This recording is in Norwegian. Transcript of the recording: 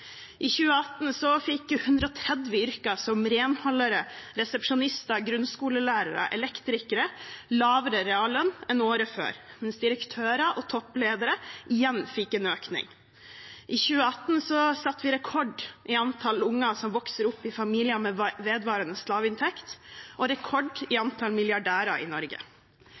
I 2018 fikk 130 yrker, som renholdere, resepsjonister, grunnskolelærere og elektrikere, lavere reallønn enn året før, mens direktører og toppledere igjen fikk en økning. I 2018 satte vi rekord i antall unger som vokser opp i familier med vedvarende lav inntekt, og rekord i antall milliardærer i Norge.